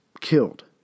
killed